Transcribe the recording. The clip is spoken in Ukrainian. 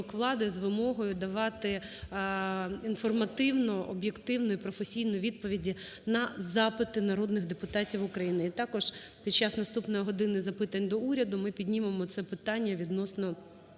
з вимогою давати інформативну, об'єктивну і професійну відповідь на запити народних депутатів України. І також під час наступної "години запитань до Уряду" ми піднімемо це питання відносно